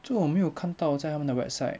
就我没有看到在 when the website